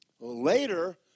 Later